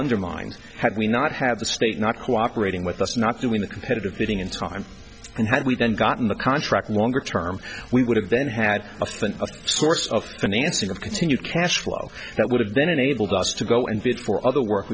undermined had we not had the state not cooperating with us not doing the competitive bidding in time and had we done gotten the contract longer term we would have then had a source of financing of continued cash flow that would have been enabled us to go and bid for other work